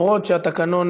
אנחנו, אומנם התקנון